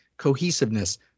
cohesiveness